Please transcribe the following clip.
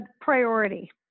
priority